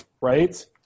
Right